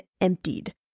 emptied